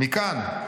"מכאן,